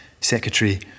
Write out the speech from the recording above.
Secretary